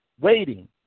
waiting